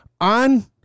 on